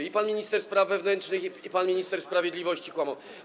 I pan minister spraw wewnętrznych, i pan minister sprawiedliwości kłamali.